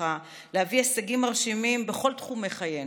שלך להביא הישגים מרשימים בכל תחומי חיינו,